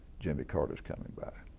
jimmy carter's coming by,